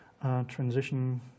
transition